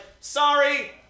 Sorry